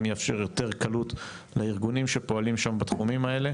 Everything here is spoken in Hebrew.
גם יאפשר יותר קלות לארגונים שפועלים שם בתחומים האלה